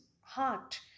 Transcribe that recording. heart